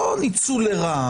אנחנו נדון בזה.